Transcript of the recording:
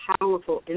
powerful